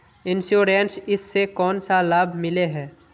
Insurance इस से कोन सा लाभ मिले है?